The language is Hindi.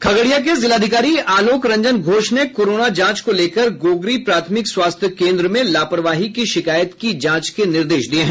खगड़िया के जिलाधिकारी आलोक रंजन घोष ने कोरोन जांच को लेकर गोगरी प्राथमिक स्वास्थ्य केन्द्र में लापरवाही की शिकायत की जांच के निर्देश दिये हैं